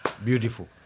Beautiful